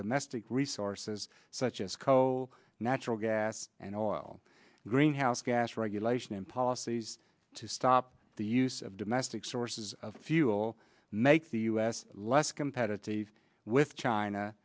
domestic resources such as natural gas and all greenhouse gas regulation and policies to stop the use of domestic sources of fuel make the us less competitive with china